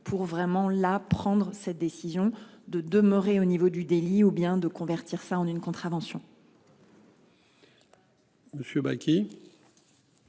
pour vraiment la prendre cette décision de demeurer au niveau du délit ou bien de convertir enfin on une contravention.